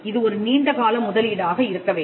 இது ஒரு நீண்ட கால முதலீடாக இருக்க வேண்டும்